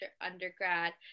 undergrad